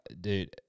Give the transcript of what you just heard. Dude